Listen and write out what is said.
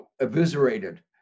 eviscerated